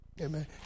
Amen